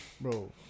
bro